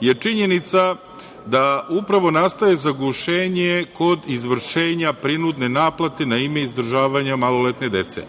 je činjenica da upravo nastaje zagušenje kod izvršenja prinudne naplate na ime izdržavanja maloletne